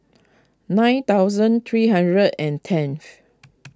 nine thousand three hundred and tenth